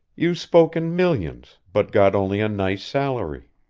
you spoke in millions, but got only a nice salary.